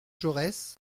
jaurès